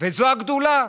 זאת הגדולה.